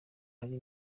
ari